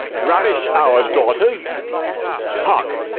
ravish our daughters hark!